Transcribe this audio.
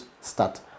start